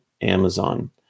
Amazon